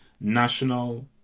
national